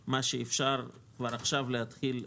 מה שאפשר כבר עכשיו להתחיל,